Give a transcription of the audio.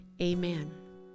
amen